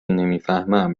نمیفهمم